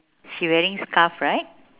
she wearing scarf right